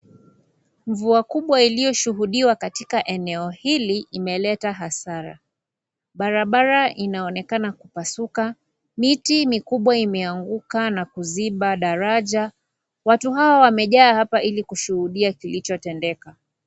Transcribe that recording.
Mvua kubwa ilio shuhudiwa katika eneo hili imeleta hasara. Barabara inaonekana kupasuka, miti mikubwa imeanguka na kuziba daraja watu hawa wamejaa hapa ili kushuhudia kilicho tendeka.